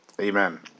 Amen